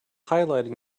highlighting